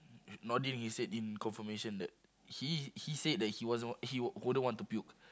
nodding his head in confirmation that he he said that he wasn't he won't wouldn't want to puke